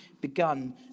begun